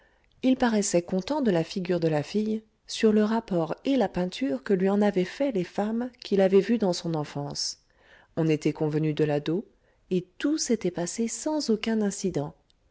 il paroissoit content de la figure de la fille sur le rapport et la peinture que lui en avoient faits les femmes qui l'avoient vue dans son enfance on étoit convenu de la dot et tout s'étoit passé sans aucun incident